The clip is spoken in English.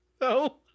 No